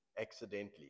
accidentally